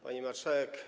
Pani Marszałek!